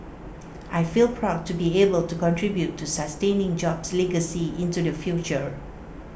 I feel proud to be able to contribute to sustaining jobs' legacy into the future